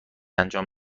انجام